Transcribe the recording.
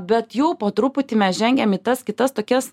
bet jau po truputį mes žengiam į tas kitas tokias